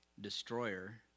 destroyer